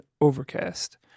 Overcast